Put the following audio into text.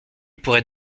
pourrait